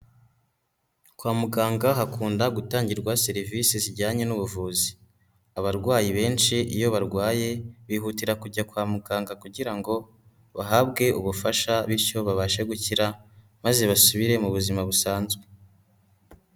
Kwa muganga hakunda gutangirwa serivisi zijyanye n'ubuvuzi, abarwayi benshi iyo barwaye bihutira kujya kwa muganga kugira ngo bahabwe ubufasha bityo babashe gukira maze basubire mu buzima busanzwe.